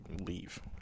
leave